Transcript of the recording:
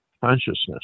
consciousness